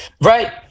right